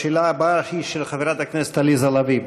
השאלה הבאה היא של חברת הכנסת עליזה לביא.